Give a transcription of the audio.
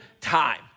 time